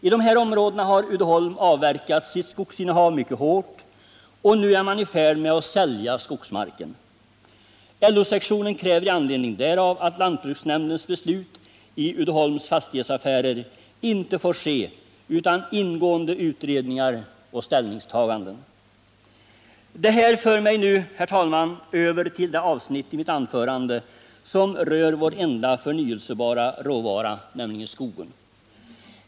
I de här områdena har Uddeholm avverkat sitt skogsinnehav mycket hårt, och nu är man i färd med att sälja skogsmarken. LO-sektionen kräver i anledning därav, att lantbruksnämndens beslut i Uddeholms fastighetsaffärer inte får ske utan ingående utredningar och ställningstaganden. Det här för mig nu, herr talman, över till det avsnitt i mitt anförande som rör vår enda förnyelsebara råvara, nämligen skogen.